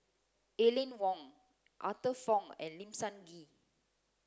Aline Wong Arthur Fong and Lim Sun Gee